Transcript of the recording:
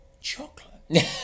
chocolate